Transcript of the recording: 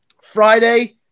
Friday